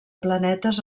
planetes